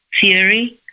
theory